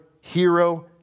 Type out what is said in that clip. hero